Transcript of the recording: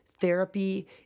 therapy